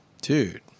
Dude